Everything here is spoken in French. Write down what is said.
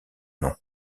nom